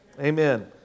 Amen